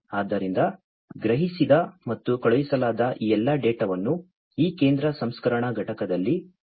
ಆದ್ದರಿಂದ ಗ್ರಹಿಸಿದ ಮತ್ತು ಕಳುಹಿಸಲಾದ ಈ ಎಲ್ಲಾ ಡೇಟಾವನ್ನು ಈ ಕೇಂದ್ರ ಸಂಸ್ಕರಣಾ ಘಟಕದಲ್ಲಿ ಸಂಗ್ರಹಿಸಲಾಗುತ್ತದೆ